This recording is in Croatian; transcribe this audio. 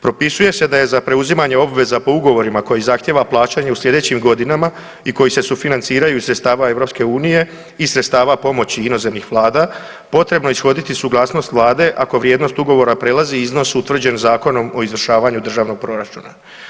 Propisuje se da je za preuzimanje obveza po ugovorima koji zahtijeva plaćanje u sljedećim godinama i koji se sufinanciranju iz sredstava EU i sredstava pomoći inozemnih Vlada, potrebno je ishoditi suglasnost Vlade, ako vrijednost ugovora prelazi iznos utvrđen Zakonom od izvršavanju državnog proračuna.